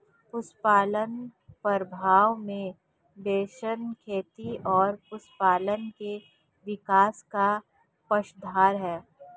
पशुपालन प्रभाव में बेसिन खेती और पशुपालन के विकास का पक्षधर है